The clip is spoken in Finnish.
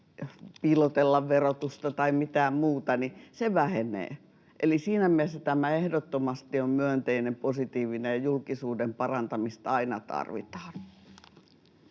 piilotella verotusta tai mitään muuta — se vähenee. Eli siinä mielessä tämä ehdottomasti on myönteinen, positiivinen, ja julkisuuden parantamista aina tarvitaan.